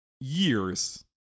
years